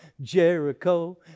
Jericho